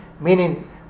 meaning